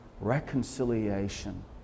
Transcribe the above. Reconciliation